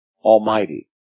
Almighty